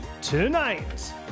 Tonight